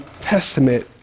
Testament